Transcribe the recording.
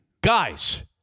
guys